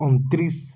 ଅଣତିରିଶ